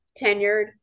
tenured